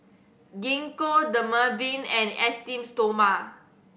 Gingko Dermaveen and Esteem Stoma